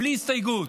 בלי הסתייגות.